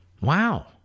Wow